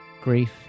grief